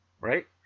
right